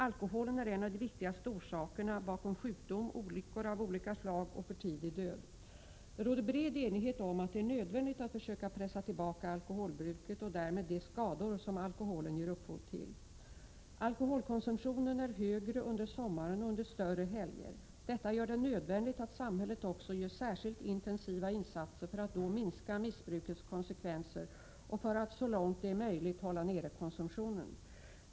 Alkoholen är en av de viktigaste orsakerna bakom sjukdom, olyckor av olika slag och för tidig död. Det råder bred enighet om att det är nödvändigt att försöka pressa tillbaka alkoholbruket och därmed de skador som alkoholen ger upphov till. Alkoholkonsumtionen är högre under sommaren och under större helger. Detta gör det nödvändigt att samhället också gör särskilt intensiva insatser för att då minska missbrukets konsekvenser och för att så långt det är möjligt hålla nere konsumtionen.